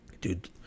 dude